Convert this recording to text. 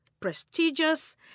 prestigious